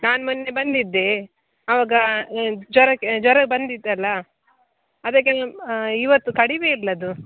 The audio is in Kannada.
ನಾನು ಮೊನ್ನೆ ಬಂದಿದ್ದೆ ಆವಾಗ ಜ್ವರಕ್ಕೆ ಜ್ವರ ಬಂದಿತ್ತಲ್ಲ ಅದಕ್ಕೆಲ್ಲ ಇವತ್ತು ಕಡಿಮೆಯಿಲ್ಲದು